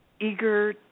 eager